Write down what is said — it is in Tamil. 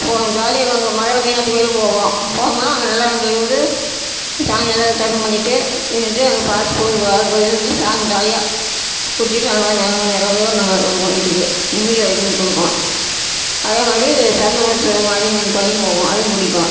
போவோம் ஜாலியாக நாங்கள் மதுரை மீனாட்சி கோவிலுக்கும் போவோம் போனோம்னா அங்கே நல்லா எங்களுக்கு வந்து சாமி நல்லா தரிசனம் பண்ணிவிட்டு இருந்துவிட்டு அங்கே பார்த்து போய் பொழுதுபோக அங்கே இருந்துவிட்டு சாமி ஜாலியாக கும்ச்சிட்டு நாங்கள் நெறைவோட நாங்கள் வருவோம் வீட்டுக்கு நிம்மதியை எங்களுக்கு கொடுக்கும் அதே மாதிரி சமயபுரத்து மாரியம்மன் கோவிலுக்கும் போவோம் அதுவும் பிடிக்கும்